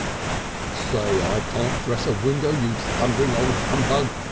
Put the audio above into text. say i can't dress a window, you thundering old humbug,